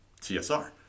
TSR